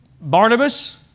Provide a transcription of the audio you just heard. Barnabas